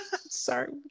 sorry